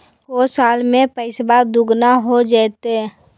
को साल में पैसबा दुगना हो जयते?